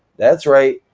that's right.